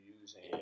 using